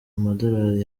amadolari